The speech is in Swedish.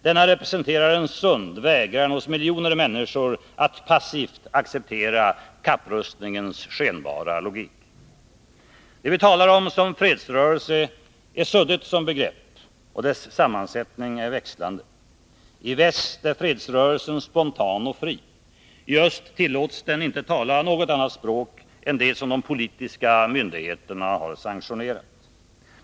Denna representerar en sund vägran hos miljoner människor att passivt acceptera kapprustningens skenbara logik. Det vi talar om som fredsrörelsen är suddigt som begrepp, och dess sammansättning är växlande. I väst är fredsrörelsen spontan och fri. I öst tillåts den inte tala något annat språk än det som de politiska myndigheterna har sanktionerat.